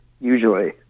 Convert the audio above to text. Usually